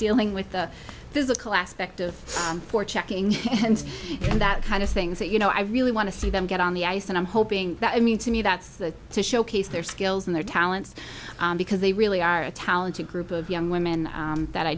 dealing with the physical aspect of for checking and that kind of things that you know i really want to see them get on the ice and i'm hoping that i mean to me that's the to showcase their skills and their talents because they really are a talented group of young women that i